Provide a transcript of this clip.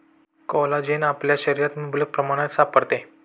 collagen आपल्या शरीरात मुबलक प्रमाणात सापडते